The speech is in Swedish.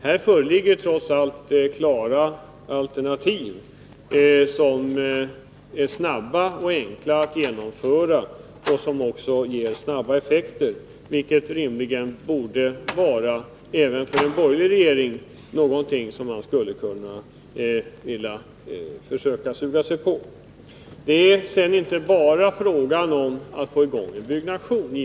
Men det föreligger trots allt klara ahernativ som är snabba och enkla att genomföra och som också ger snabba effekter, vilket rimligtvis även för en borgerlig regering borde vara någonting att vilja försöka sig på. Det är sedan inte bara fråga om att få i gång byggnationen.